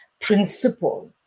principle